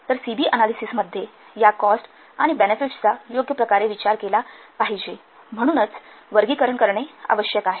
तर C B अनालिसिसमध्ये या कॉस्ट आणि बेनेफिट्स चा योग्य प्रकारे विचार केला पाहिजे म्हणूनच वर्गीकरण आवश्यक आहे